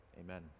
Amen